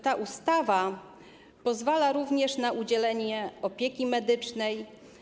Ta ustawa pozwala również na udzielenie opieki medycznej.